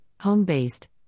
home-based